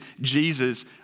Jesus